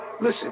Listen